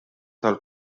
tal